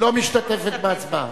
לא משתתפת בהצבעה.